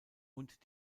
und